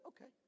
Okay